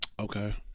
Okay